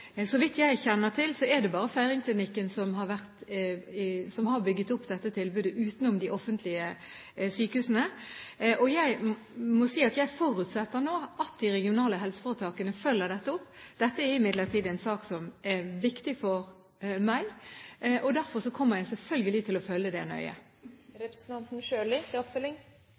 Så vidt jeg kjenner til, er det bare Feiringklinikken som har bygd opp dette tilbudet utenom de offentlige sykehusene. Jeg må si at jeg forutsetter nå at de regionale helseforetakene følger dette opp. Dette er imidlertid en sak som er viktig for meg. Derfor kommer jeg selvfølgelig til å følge den nøye. Jeg er jo glad for at statsråden sier at hun «forutsetter», men det